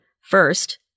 First